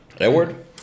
Edward